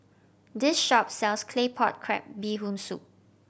this shop sells Claypot Crab Bee Hoon Soup